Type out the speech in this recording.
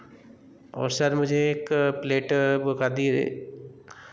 और सर मुझे एक प्लेट वो का